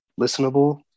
listenable